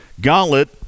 Gauntlet